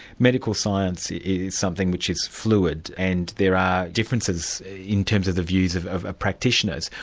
medical science is something which is fluid, and there are differences in terms of the views of of practitioners.